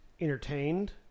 entertained